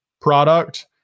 product